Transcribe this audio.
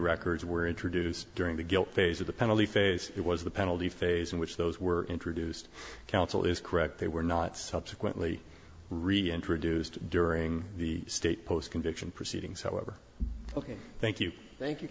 records were introduced during the guilt phase of the penalty phase it was the penalty phase in which those were introduced counsel is correct they were not subsequently reintroduced during the state post conviction proceedings however ok thank you thank you